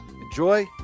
enjoy